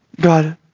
God